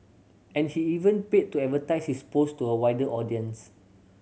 and he even paid to advertise his post to a wider audience